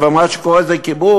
אבל מה שקורה זה כיבוש,